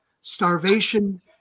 starvation